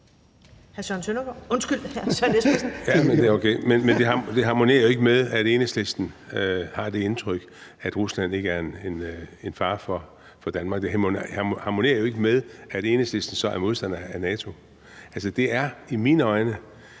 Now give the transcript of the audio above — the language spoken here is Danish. det harmonerer jo ikke med, at Enhedslisten har det indtryk, at Rusland ikke er en fare for Danmark. Det harmonerer jo ikke med, at Enhedslisten så er modstander af NATO.